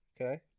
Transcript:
Okay